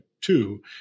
two